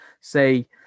say